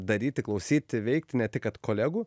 daryti klausyti veikt ne tik kad kolegų